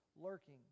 lurking